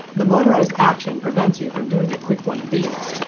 the motorized action prevents you from doing a quick one of these.